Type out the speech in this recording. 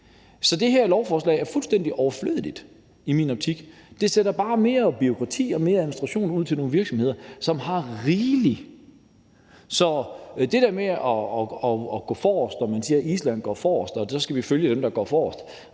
Så det her lovforslag er fuldstændig overflødigt i min optik. Det sætter bare mere bureaukrati og mere administration ud til nogle virksomheder, som har rigeligt. Så det der med at gå forrest, hvor man siger, at Island går forrest, og at vi så skal følge dem, der går forrest,